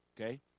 okay